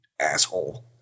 asshole